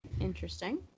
Interesting